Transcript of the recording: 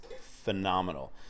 phenomenal